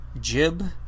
Jib